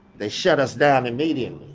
they shut us down immediately.